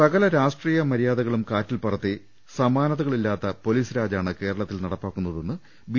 സകല രാഷ്ട്രീയ മര്യാദകളും കാറ്റിൽപറത്തി സമാനതകളില്ലാത്ത പോലീസ്രാജാണ് കേരളത്തിൽ നടപ്പാക്കുന്നതെന്ന് ബി